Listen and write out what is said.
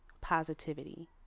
positivity